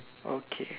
okay